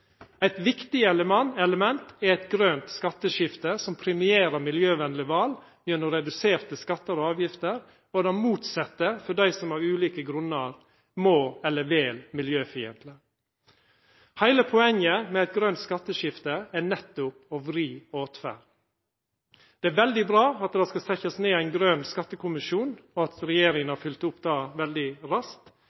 Eit viktig element er eit grønt skatteskifte som premierer miljøvenlege val gjennom reduserte skatter og avgifter, og det motsette for dei som av ulike grunnar vel miljøfiendtleg. Heile poenget med eit grønt skatteskifte er nettopp å vri åtferd. Det er veldig bra at det skal setjast ned ein grøn skattekommisjon, og at regjeringa har følgt opp det veldig raskt